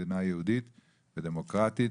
מדינה היהודית ודמוקרטית,